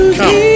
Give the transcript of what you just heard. come